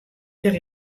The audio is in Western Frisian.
der